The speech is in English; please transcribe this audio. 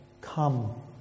come